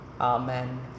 Amen